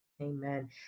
Amen